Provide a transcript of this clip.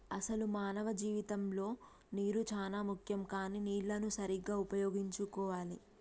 అసలు మానవ జీవితంలో నీరు చానా ముఖ్యం కానీ నీళ్లన్ను సరీగ్గా ఉపయోగించుకోవాలి